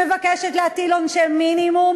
שמבקשת להטיל עונשי מינימום,